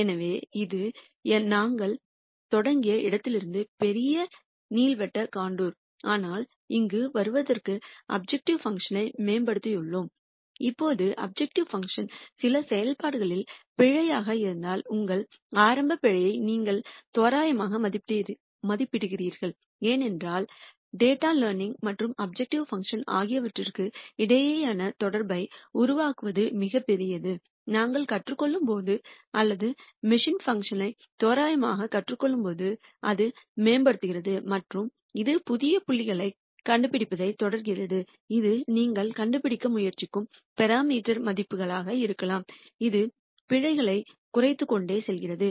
எனவே இது நாங்கள் தொடங்கிய இடத்திலிருந்து ஒரு பெரிய நீள்வட்ட கண்டுர் ஆனால் இங்கு வருவதற்கான அப்ஜெக்டிவ் பங்க்ஷன் ஐ மேம்படுத்தியுள்ளோம் இந்த அப்ஜெக்டிவ் பங்க்ஷன் சில செயல்பாடுகளில் பிழையாக இருந்தால் உங்கள் ஆரம்ப பிழையை நீங்கள் தோராயமாக மதிப்பிடுகிறீர்கள் என்றால் டேட்டா லேர்னிங்மற்றும் ஆப்டிமைசேஷன் ஆகியவற்றுக்கு இடையேயான தொடர்பை உருவாக்குவது மிகப் பெரியது நாங்கள் கற்றுக் கொள்ளும்போது அல்லது மெஷின் பங்க்ஷன் ஐ தோராயமாக கற்றுக்கொள்ளும்போது அது மேம்படுத்துகிறது மற்றும் இது புதிய புள்ளிகளைக் கண்டுபிடிப்பதைத் தொடர்கிறது இது நீங்கள் கண்டுபிடிக்க முயற்சிக்கும் பராமீட்டர் மதிப்புகளாக இருக்கலாம் இது பிழை குறைந்து கொண்டே செல்கிறது